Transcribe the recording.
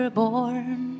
born